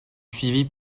suivie